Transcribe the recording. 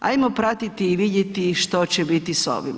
Hajmo pratiti i vidjeti što će biti s ovim.